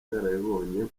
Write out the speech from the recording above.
inararibonye